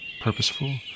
purposeful